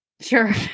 Sure